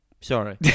Sorry